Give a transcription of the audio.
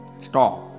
Stop